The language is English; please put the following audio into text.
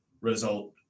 result